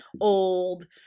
old